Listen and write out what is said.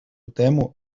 тему